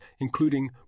including